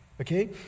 Okay